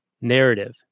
narrative